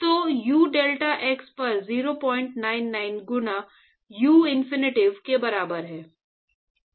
तो u delta x पर 099 गुना यूफिनिटी के बराबर है